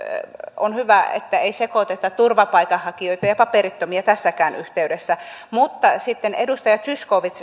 on hyvä että ei sekoiteta turvapaikanhakijoita ja paperittomia tässäkään yhteydessä mutta sitten edustaja zyskowicz